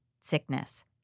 sickness